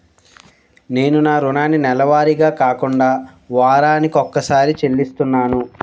నేను నా రుణాన్ని నెలవారీగా కాకుండా వారాని కొక్కసారి చెల్లిస్తున్నాను